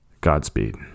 Godspeed